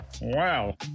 wow